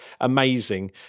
amazing